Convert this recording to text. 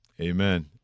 Amen